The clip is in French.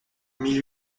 mille